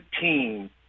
team